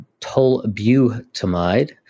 tolbutamide